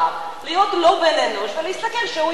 להיות לא בן-אנוש ולהסתכל איך הוא ימות,